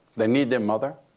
they need their mother,